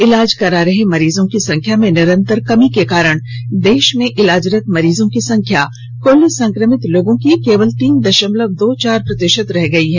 इलाज करा रहे मरीजों की संख्या में निरंतर कमी के कारण देश में इलाजरत मरीजों की संख्यां कुल संक्रमित लोगों की केवल तीन दशमलव दो चार प्रतिशत रह गई है